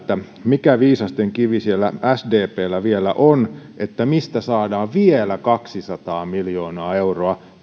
mikä viisasten kivi siellä sdpllä vielä on että mistä saadaan vielä kaksisataa miljoonaa euroa